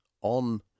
on